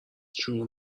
شروع